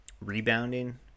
rebounding